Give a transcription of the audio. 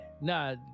Nah